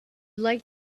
liked